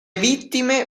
vittime